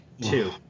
two